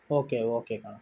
okay okay ಕಣೋ